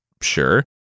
sure